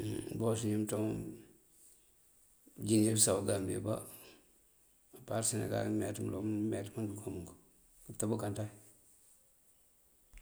Mbos inji umëënţawuŋ jine bësaw gambi mbá apar senegal injí meenţ mandukámunk këtëb kanţañ.